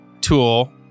tool